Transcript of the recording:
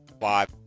Five